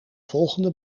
volgende